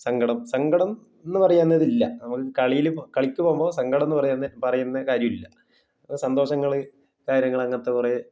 സങ്കടം സങ്കടം എന്ന് പറയുന്ന ഇല്ല നമ്മൾ കളിയിൽ കളിക്ക് പോവുമ്പോൾ സങ്കടം എന്ന് പറയുന്നത് പറയുന്നത് കാര്യം ഇല്ല സന്തോഷങ്ങൾ കാര്യങ്ങൾ അങ്ങനത്തെ കുറെ